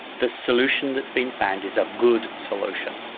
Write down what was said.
the solution that's been found is a good solution.